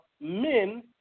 men